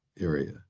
area